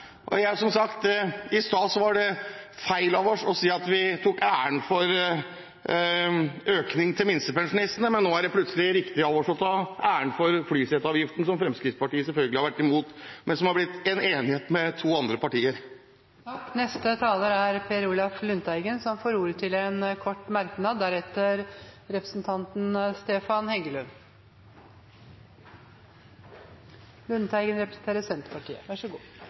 har jeg registrert at Arbeiderpartiet ikke har turt å gjøre noe med det. Så de gjør kanskje ikke det nå heller, til glede for pensjonistene. Som sagt: I sted var det feil av oss å si at vi tok æren for økningen til minstepensjonistene, men nå er det plutselig riktig av oss å ta æren for flyseteavgiften, som Fremskrittspartiet selvfølgelig har vært imot, men som har blitt til gjennom enighet med to andre partier. Per Olaf Lundteigen har hatt ordet